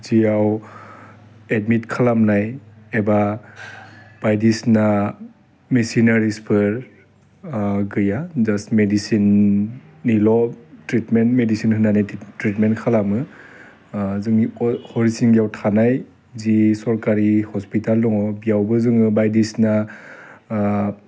जियाव एडमिट खालामनाय एबा बायदिसिना मिसिनारिसफोर गैया जास्ट मेडिसिननिल' ट्रिटमेन्ट मेडिसिन होनानै ट्रिटमेन्ट खालामो जोंनि हरिसिंगायाव थानाय जि सरकारि हस्पिताल दङ बेयावबो जोङो बायदिसिना